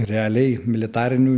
realiai militarinių